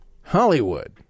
Hollywood